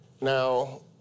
Now